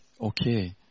okay